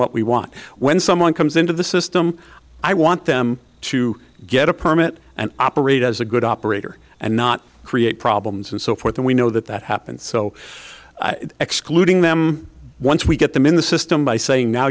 what we want when someone comes into the system i want them to get a permit and operate as a good operator and not create problems and so forth and we know that that happens so excluding them once we get them in the system by saying now